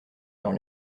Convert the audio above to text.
leurs